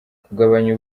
kugabanya